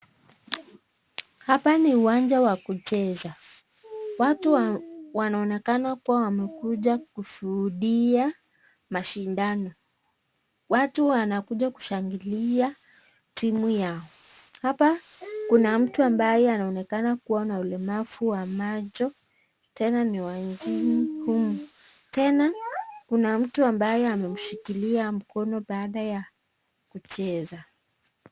Hapa ni uwanja wa kucheza. Watu wanaonekana kama wamekuja kushuhudia mashindano. Watu wanakuja kushangilia timu yao. Hapa Kuna mtu ambaye kuonekana kuwa na ulemavu wa macho tena ni wa nchini humu. Tena Kuna mtu ambaye amemshikilia mkono baada ya kucheza.